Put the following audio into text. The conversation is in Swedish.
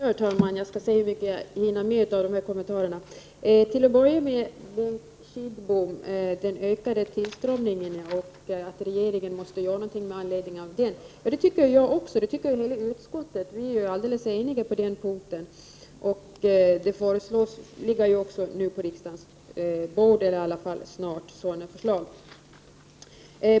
Herr talman! I mina kommentarer vill jag först vända mig till Bengt Kindbom. Beträffande den ökande tillströmningen av asylsökande anser även jag att hela utskottet att regeringen måste göra något med anledning av den. Vi är väldigt eniga på den punkten, och nu eller i varje fall snart ligger också på riksdagens bord sådana förslag.